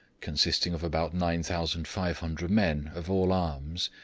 consisting of about nine thousand five hundred men of all arms,